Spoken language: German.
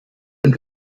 und